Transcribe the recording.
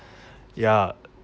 ya